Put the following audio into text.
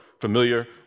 familiar